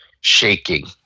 shaking